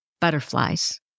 butterflies